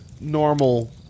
normal